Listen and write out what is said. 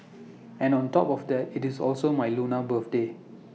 and on top of that IT is also my lunar birthday